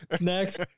next